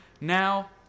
now